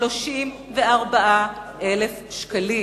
34,000 שקלים.